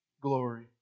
glory